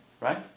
Right